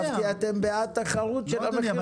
חשבתי שאתם בעד תחרות במחירים.